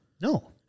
No